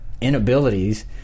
inabilities